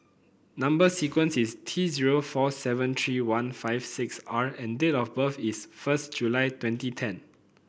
number sequence is T zero four seven three one five six R and date of birth is first July twenty ten